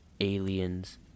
aliens